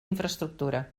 infraestructura